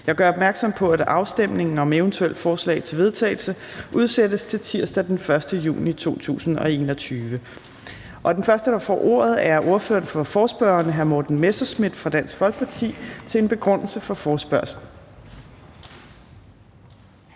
Jeg gør opmærksom på, at afstemning om eventuelle forslag til vedtagelse udsættes til tirsdag den 1. juni 2021. Den første, der får ordet, er ordføreren for forespørgerne, hr. Morten Messerschmidt fra Dansk Folkeparti, til en begrundelse for forespørgslen.